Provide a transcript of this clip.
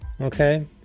okay